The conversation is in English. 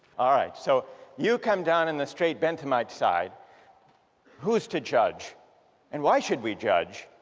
alright so you come down on the straight benthamite's side whose to judge and why should we judge